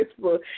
Facebook